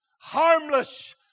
harmless